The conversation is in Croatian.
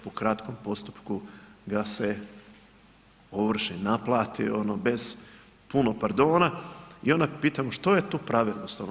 Po kratkom postupku ga se ovrši, naplati bez puno pardona i onda pitamo što je tu pravednost?